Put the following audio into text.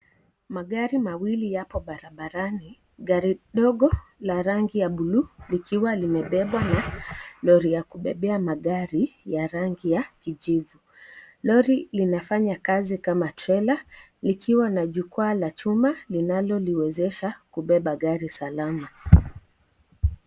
Magari mawili yapo barabarani. Gari dogo la rangi ya bluu likiwa limebebwa na Lori ya kubebea magari ya rangi ya kijivu. Lori limefanya kazi kama trela likiwa na jukwaa la chuma linaloliwezesha kubeba gari salama.